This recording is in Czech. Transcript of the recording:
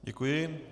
Děkuji.